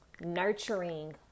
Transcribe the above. nurturing